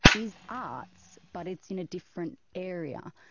is arts but it's in a different area.